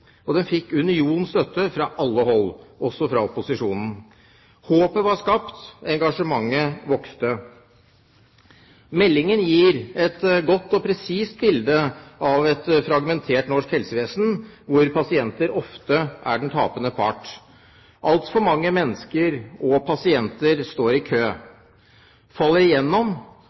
og den fikk unison støtte fra alle hold, også fra opposisjonen. Håpet var skapt, engasjementet vokste. Meldingen gir et godt og presist bilde av et fragmentert norsk helsevesen, hvor pasienten ofte er den tapende part. Altfor mange mennesker og pasienter står i kø, faller igjennom